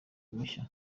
mushya